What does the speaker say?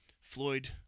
Floyd